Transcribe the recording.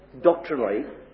doctrinally